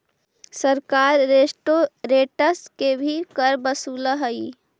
सरकार रेस्टोरेंट्स से भी कर वसूलऽ हई